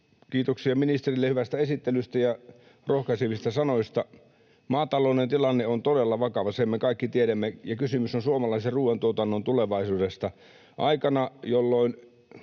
Kiitoksia ministerille hyvästä esittelystä ja rohkaisevista sanoista. Maatalouden tilanne on todella vakava, sen me kaikki tiedämme, ja kysymys on suomalaisen ruoantuotannon tulevaisuudesta aikana, jolloin